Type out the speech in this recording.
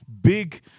big